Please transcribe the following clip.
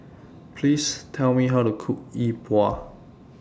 Please Tell Me How to Cook Yi Bua